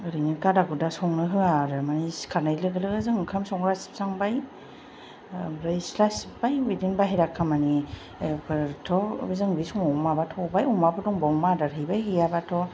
ओरैनो गादा गुदा संनो होआ आरो मानि सिखारनाय लोगो लोगो जों ओंखाम संग्रा सिबस्रांबाय आमफ्राय सिथ्ला सिब्बाय बिदिनो बाहेरा खामानिफोरथ' जों बे समाव माबाथ'बाय अमाफोर दंब्ला अमा आदार हैबाय हैयाब्लाथ'